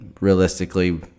realistically